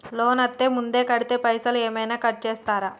Loan అత్తే ముందే కడితే పైసలు ఏమైనా కట్ చేస్తరా?